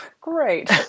Great